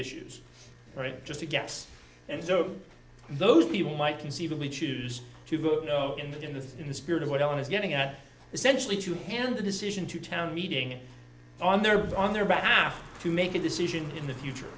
issues right just a guess and so those people might conceivably choose to go in the in the spirit of what i was getting at essentially to hand the decision to town meeting on their on their behalf to make a decision in the future